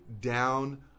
down